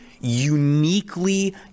uniquely